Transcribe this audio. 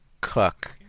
Cook